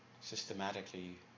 systematically